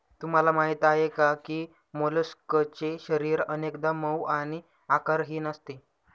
तुम्हाला माहीत आहे का की मोलस्कचे शरीर अनेकदा मऊ आणि आकारहीन असते